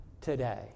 today